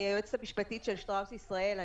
אני היועצת המשפטית של שטראוס ישראל.